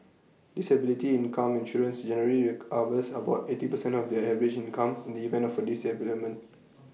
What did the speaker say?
disability income insurance generally recovers about eighty percent of their average income in the event of for disablement